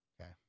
Okay